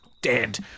Dead